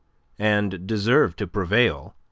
and deserve to prevail,